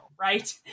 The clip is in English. right